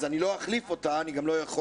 אז אני לא אחליף אותה אני גם לא יכול,